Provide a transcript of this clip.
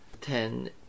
ten